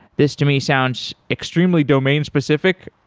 this to me sounds extremely domain-specific,